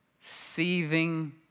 seething